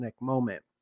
moment